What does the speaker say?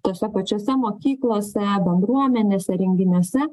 tose pačiose mokyklose bendruomenėse renginiuose